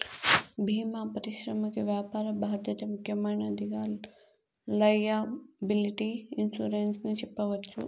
భీమా పరిశ్రమకి వ్యాపార బాధ్యత ముఖ్యమైనదిగా లైయబిలిటీ ఇన్సురెన్స్ ని చెప్పవచ్చు